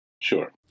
Sure